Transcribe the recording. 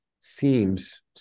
seems